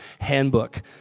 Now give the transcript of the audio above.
handbook